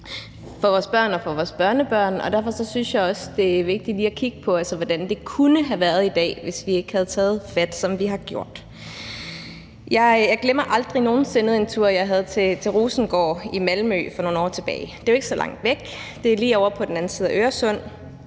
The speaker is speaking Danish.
for vores børn og vores børnebørn, og derfor synes jeg også, det er vigtigt lige at kigge på, hvordan det kunne have været i dag, hvis vi ikke havde taget fat, som vi har gjort. Jeg glemmer aldrig nogen sinde en tur, jeg havde til Rosengård i Malmø for nogle år tilbage. Det er jo ikke så langt væk, det er lige ovre på den anden side af Øresund